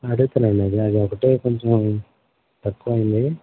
అడుగుతానండి అద అదొకటే కొంచెం తక్కువైంది